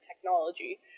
technology